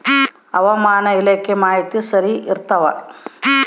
ಹವಾಮಾನ ಇಲಾಖೆ ಮಾಹಿತಿ ಸರಿ ಇರ್ತವ?